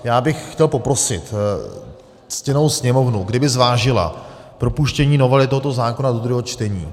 Já bych chtěl poprosit ctěnou Sněmovnu, kdyby zvážila propuštění novely tohoto zákona do druhého čtení.